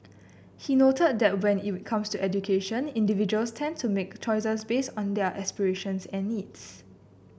he noted that when it comes to education individuals tend to make choices based on their aspirations and needs